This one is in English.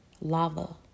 lava